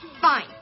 Fine